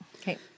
Okay